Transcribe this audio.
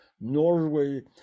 Norway